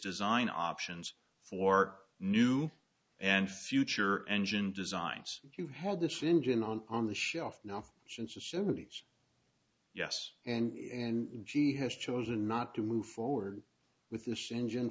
design options for new and future engine designs you have this engine on the shelf now since the seventy's yes and and she has chosen not to move forward with this engine